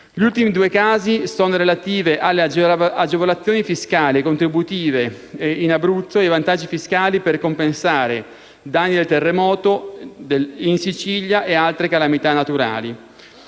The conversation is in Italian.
Gli ultimi due casi sono relativi alle agevolazioni fiscali e contributive in Abruzzo e ai vantaggi fiscali per compensare i danni del terremoto in Sicilia e altre calamità naturali.